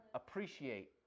appreciate